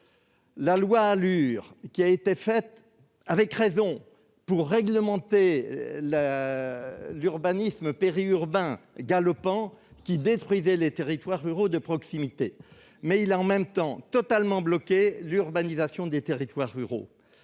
loi ALUR, visait à juste titre à réglementer l'urbanisme périurbain galopant qui détruisait les territoires ruraux de proximité. Mais elle a, en même temps, totalement bloqué l'urbanisation des territoires ruraux.